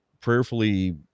prayerfully